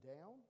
down